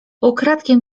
ukradkiem